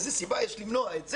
איזה סיבה יש למנוע את זה?